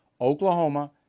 Oklahoma